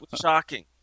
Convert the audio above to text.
shocking